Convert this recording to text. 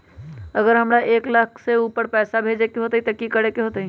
अगर हमरा एक लाख से ऊपर पैसा भेजे के होतई त की करेके होतय?